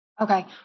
Okay